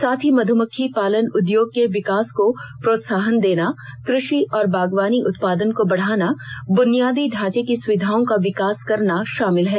साथ ही मधुमक्खी पालन उद्योग के विकास को प्रोत्साहन देना कृषि और बागवानी उत्पादन को बढ़ाना बुनियादी ढांचे की सुविधाओं का विकास करना शामिल है